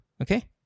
Okay